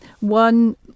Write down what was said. one